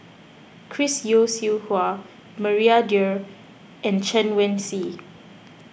Chris Yeo Siew Hua Maria Dyer and Chen Wen Hsi